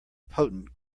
potent